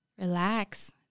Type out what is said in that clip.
relax